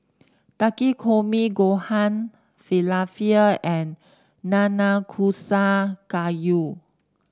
Takikomi Gohan Falafel and Nanakusa Gayu